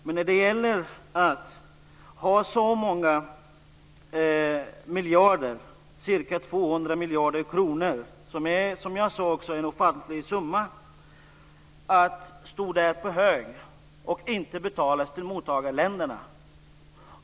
Men här handlar det om så många miljarder, ca 200 miljarder kronor, vilket är en ofantlig summa, som läggs på hög och inte betalas till mottagarländerna.